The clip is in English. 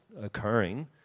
occurring